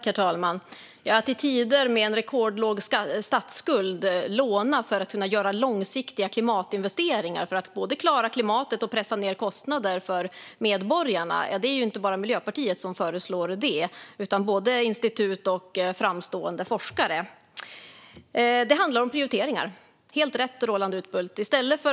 Herr talman! Att i tider med en rekordlåg statsskuld låna för att kunna göra långsiktiga klimatinvesteringar för att både klara klimatet och pressa ned kostnader för medborgarna föreslår inte bara Miljöpartiet utan också institut och framstående forskare. Det handlar om prioriteringar - helt rätt, Roland Utbult.